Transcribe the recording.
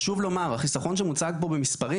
החיסכון שמוצג פה במספרים,